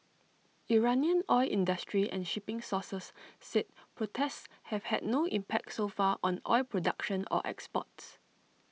Iranian oil industry and shipping sources said protests have had no impact so far on oil production or exports